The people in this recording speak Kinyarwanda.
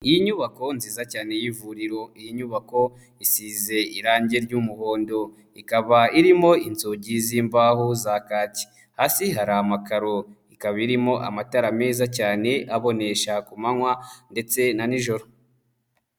Iyi nyubako nziza cyane y'ivuriro, iyi nyubako isize irangi ry'umuhondo. Ikaba irimo inzugi z'imbaho za kaki. Hasi hari amakaro. Ikaba irimo amatara meza cyane abonesha ku manywa ndetse na nijoro.